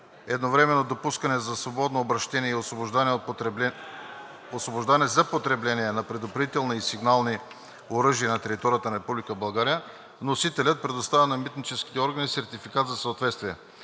едновременно допускане за свободно обращение и освобождаване за потребление на предупредителни и сигнални оръжия на територията на Република България вносителят предоставя на митническите органи сертификат за съответствие,